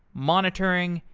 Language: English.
monitoring,